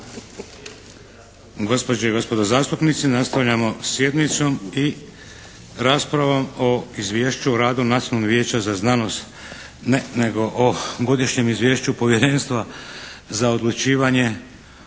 Gospođe i gospodo zastupnici, nastavljamo sjednicu i raspravu o Izvješću o radu Nacionalnog vijeća za znanost, ne nego o Godišnjem izvješću Povjerenstva za odlučivanje